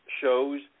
shows